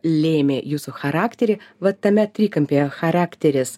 lėmė jūsų charakterį vat tame trikampyje charakteris